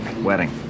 wedding